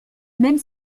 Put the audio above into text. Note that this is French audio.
même